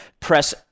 press